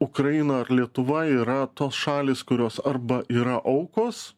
ukraina ar lietuva yra tos šalys kurios arba yra aukos